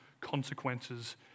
consequences